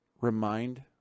remind